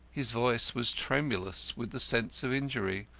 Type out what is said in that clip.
his voice was tremulous with the sense of injury.